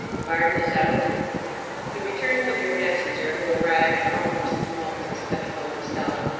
varden is out he returned with your messenger, who arrived almost at the moment of his coming home himself.